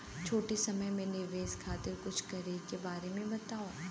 छोटी समय के निवेश खातिर कुछ करे के बारे मे बताव?